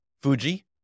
Fuji